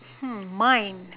hmm mine